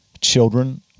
children